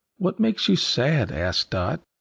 what makes you sad? asked dot.